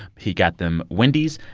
he got them wendy's,